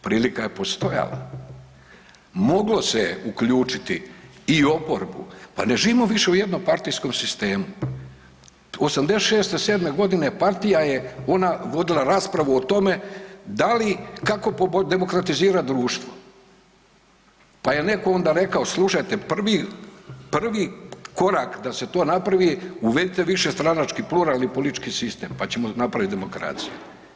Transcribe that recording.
Prilika je postojala, moglo se je uključiti i oporbu, pa ne živimo više u jednopartijskom sistemu. '86., '87. godine partija je ona vodila raspravu o tome da li, kako demokratizirati društvo, pa je neko onda rekao slušajte prvi, prvi korak da se to napravi uvedite višestranački pluralni politički sistem pa ćemo napraviti demokraciju.